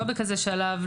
לא בכזה שלב,